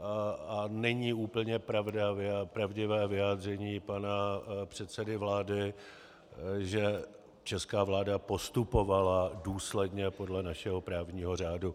A není úplně pravdivé vyjádření pana předsedy vlády, že česká vláda postupovala důsledně podle našeho právního řádu.